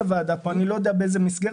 לוועדה הזאת אני לא יודע בדיוק באיזו מסגרת,